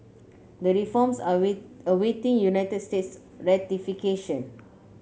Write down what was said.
the reforms are wait awaiting United States ratification